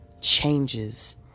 changes